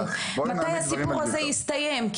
מתי הסיפור הזה יסתיים,